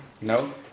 No